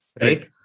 right